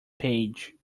page